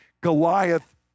Goliath